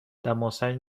دماسنج